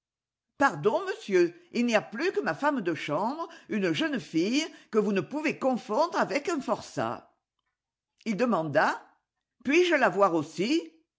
pardon monsieur il n'y a plus que ma femme de chambre une jeune fille que vous ne pouvez confondre avec un forçat il demanda puls je la voir aussi